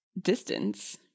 distance